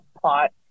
plot